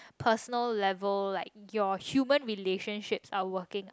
personal level like your human relationships are working out